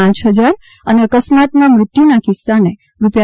પ હજાર અને અકસ્માતમાં મૃત્યુના કિસ્સાને રૂા